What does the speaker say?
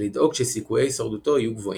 ולדאוג שסיכויי הישרדותו יהיו גבוהים.